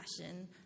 passion